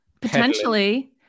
potentially